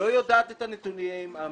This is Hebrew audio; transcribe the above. לא יודעת את הנתונים האמתיים.